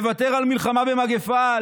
לוותר על מלחמה במגפה,